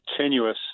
tenuous